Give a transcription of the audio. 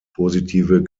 positive